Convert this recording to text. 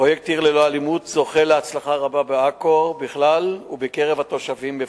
פרויקט "עיר ללא אלימות" זוכה להצלחה רבה בעכו בכלל ובקרב התושבים בפרט.